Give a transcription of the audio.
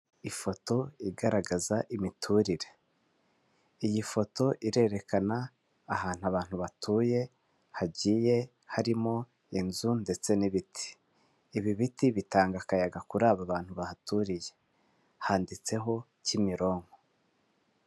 Ifoto igaragaza imiturire, iyi foto irerekana ahantu abantu batuye hagiye harimo inzu ndetse n'ibiti, ibi biti bitanga akayaga kuri aba bantu bahaturiye handitseho Kimironko.